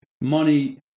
Money